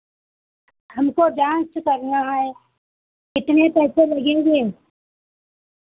हमको डान्स करना है कितने पैसे लगेंगे